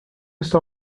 está